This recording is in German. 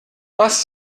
was